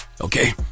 Okay